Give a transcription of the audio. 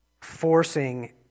forcing